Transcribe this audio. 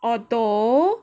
although